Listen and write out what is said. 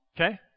okay